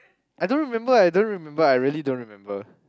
I don't remember I don't remember I really don't remember